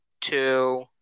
two